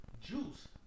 Juice